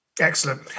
Excellent